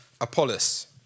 Apollos